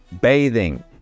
bathing